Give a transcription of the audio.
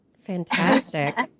Fantastic